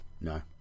No